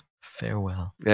farewell